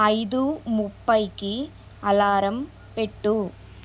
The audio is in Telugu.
ఐదు ముప్పైకి అలారం పెట్టు